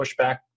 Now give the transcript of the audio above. pushback